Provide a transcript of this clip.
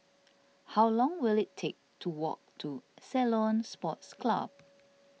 how long will it take to walk to Ceylon Sports Club